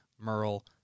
Merle